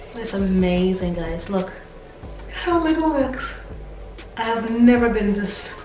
that's amazing guys. look how little looks i have never been this.